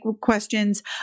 questions